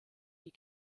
die